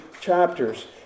chapters